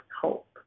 hope